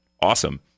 Awesome